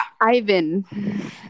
Ivan